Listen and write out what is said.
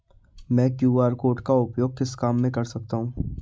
मैं QR code का उपयोग किस काम में कर सकता हूं?